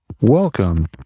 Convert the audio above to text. Welcome